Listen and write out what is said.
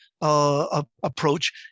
approach